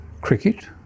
cricket